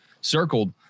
circled